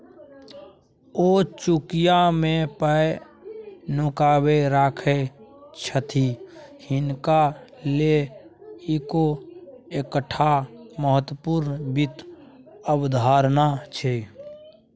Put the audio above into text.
ओ चुकिया मे पाय नुकाकेँ राखय छथि हिनका लेल इहो एकटा महत्वपूर्ण वित्त अवधारणा छै